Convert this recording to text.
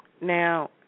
now